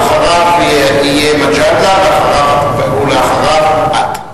אחריו יהיה מג'אדלה, ואחריו את.